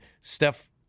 Steph